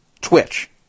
Twitch